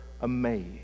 amazed